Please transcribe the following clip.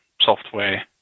software